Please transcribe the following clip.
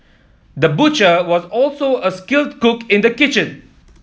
the butcher was also a skilled cook in the kitchen